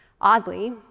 Oddly